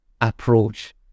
approach